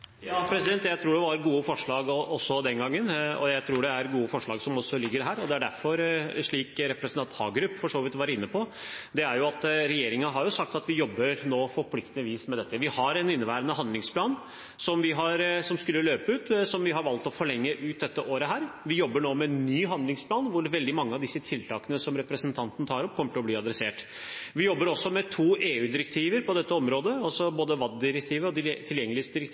Jeg tror det var gode forslag også den gangen, og jeg tror det er gode forslag som også ligger her. Det er derfor, slik representanten Hagerup for så vidt var inne på, regjeringen har sagt at vi jobber på forpliktende vis med dette. Vi har en handlingsplan som skulle løpe ut, som vi har valgt å forlenge ut dette året. Vi jobber nå med en ny handlingsplan hvor veldig mange av disse tiltakene som representanten tar opp, kommer til å bli adressert. Vi jobber også med to EU-direktiver på dette området, både WAD-direktivet og